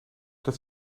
dat